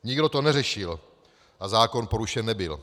Nikdo to neřešil a zákon porušen nebyl.